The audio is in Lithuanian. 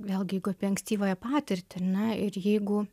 vėlgi jeigu apie ankstyvąją patirtį ar ne ir jeigu